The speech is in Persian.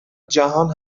جهان